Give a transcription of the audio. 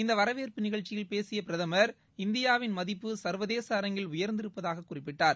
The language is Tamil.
இந்த வரவேற்பு நிகழ்ச்சியில் பேசிய பிரதமர் இந்தியாவின் மதிப்பு சர்வதேச அரங்கில் உயர்ந்திருப்பதாக குறிப்பிட்டார்